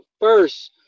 first